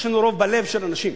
יש לנו רוב בלב של אנשים.